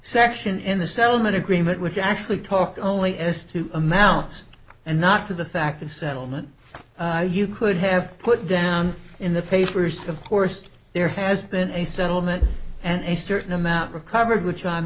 section in the settlement agreement which actually talk only as to amounts and not to the fact of settlement you could have put down in the papers of course there has been a settlement and a certain amount recovered which i'm